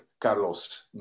Carlos